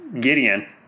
Gideon